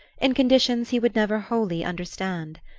in conditions he would never wholly understand.